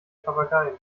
papageien